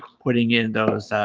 putting in those